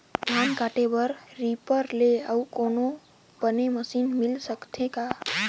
धान काटे बर रीपर ले अउ कोनो बने मशीन मिल सकथे का?